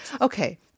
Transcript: Okay